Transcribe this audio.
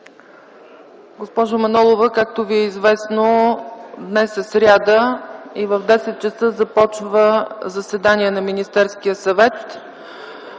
Госпожо Манолова, както Ви е известно, днес е сряда и в 10,00 ч. започва заседание на Министерския съвет,